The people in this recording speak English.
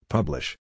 Publish